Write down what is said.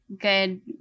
good